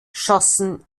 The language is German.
schossen